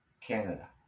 Canada